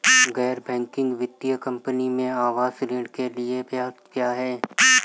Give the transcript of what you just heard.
गैर बैंकिंग वित्तीय कंपनियों में आवास ऋण के लिए ब्याज क्या है?